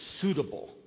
suitable